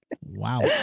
Wow